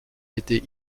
été